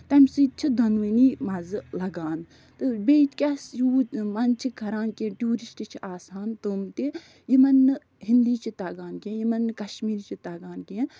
تَمہِ سۭتۍ چھِ دۄنوٕنی مَزٕ لگان تہٕ بیٚیہِ کیٛاہ یوٗت وَندٕ چھِ کَران کہِ ٹیٛوٗرِسٹہٕ چھِ آسان تِم تہِ یِمَن نہَ ہینٛدی چھِ تگان کیٚنٛہہ یِمَن نہَ کَشمیٖری چھِ تگان کیٚنٛہہ